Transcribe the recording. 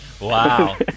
Wow